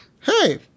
Hey